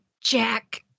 Jack